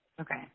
Okay